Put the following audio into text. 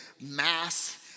mass